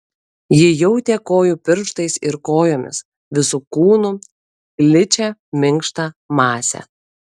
ji jautė kojų pirštais ir kojomis visu kūnu gličią minkštą masę